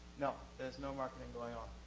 no, there's no marketing going on.